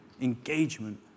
engagement